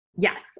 Yes